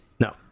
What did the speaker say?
No